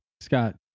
Scott